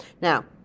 Now